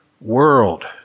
world